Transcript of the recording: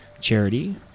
charity